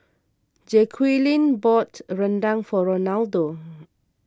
Jaquelin bought Rendang for Ronaldo